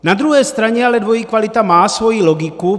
Na druhé straně ale dvojí kvalita má svoji logiku.